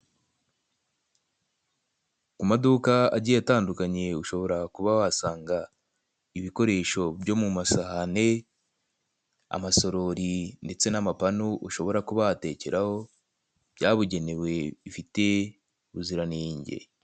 Mu maduka agiye atandukanye ushobora kuba wahasanga ibikoresho byo mu masahane, amasorori ndetse n'amapanu ushobora kuba watekeraho byabugenewe bifite ubuziranenge.